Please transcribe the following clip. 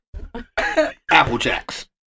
Applejacks